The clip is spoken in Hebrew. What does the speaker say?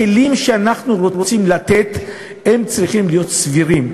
הכלים שאנחנו רוצים לתת צריכים להיות סבירים,